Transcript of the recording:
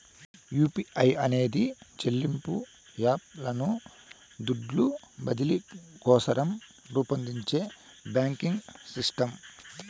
UPI అనేది చెల్లింపు app లను దుడ్లు బదిలీ కోసరం రూపొందించే బాంకింగ్ సిస్టమ్